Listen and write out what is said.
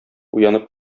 уянып